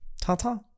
Ta-ta